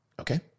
okay